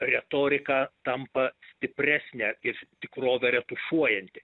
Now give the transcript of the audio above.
retorika tampa stipresnė ir tikrovę retušuojanti